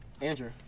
Andrew